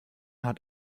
hat